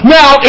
now